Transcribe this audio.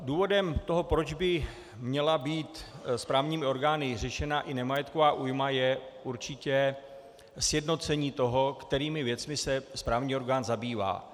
Důvodem toho, proč by měla být správními orgány řešena i nemajetková újma, je určitě sjednocení toho, kterými věcmi se správní orgán zabývá.